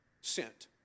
sent